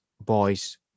boys